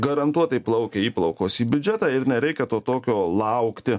garantuotai plaukia įplaukos į biudžetą ir nereikia to tokio laukti